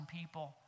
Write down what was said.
people